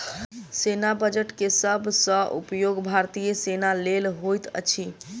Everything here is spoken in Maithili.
सेना बजट के सब सॅ उपयोग भारतीय सेना लेल होइत अछि